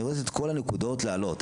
אני אומר את כל הנקודות להעלות,